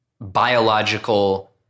biological